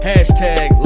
Hashtag